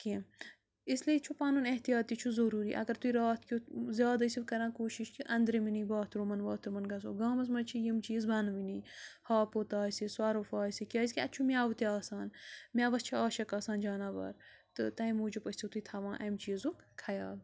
کیٚنٛہہ اِسلیے چھُ پَنُن احتیاط تہِ چھُ ضروٗری اگر تُہۍ راتھ کیُتھ زیاد ٲسِو کَران کوٗشِش کہِ أنٛدرِمٕنی باتھروٗمَن واتھروٗمَن گژھو گامَس منٛز چھِ یِم چیٖز بَنوٕنی ہاپُت آسہِ سۄرُف آسہِ کیٛازِکہِ اَتہِ چھُ مٮ۪وٕ تہِ آسان مٮ۪وَس چھِ عاشق آسان جاناوار تہٕ تمہِ موٗجوٗب ٲسِو تُہۍ تھاوان اَمہِ چیٖزُک خیال